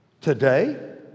today